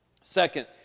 Second